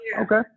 okay